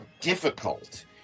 difficult